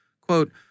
Quote